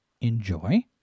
enjoy